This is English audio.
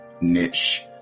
niche